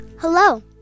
Hello